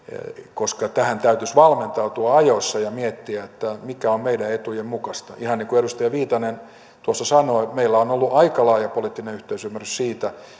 koska tähän täytyisi valmentautua ajoissa ja miettiä mikä on meidän etujemme mukaista ihan niin kuin edustaja viitanen tuossa sanoi meillä on ollut aika laaja poliittinen yhteisymmärrys siitä